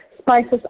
spices